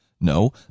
No